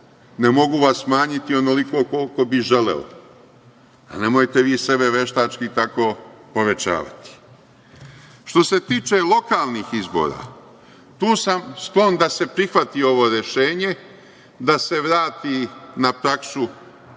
Ne mogu vam smanjiti onoliko koliko bih želeo, ali nemojte vi sebi veštački tako povećavati. Što se tiče lokalnih izbora, tu sam sklon da se prihvati ovo rešenje, da se vrati na praksu